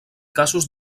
casos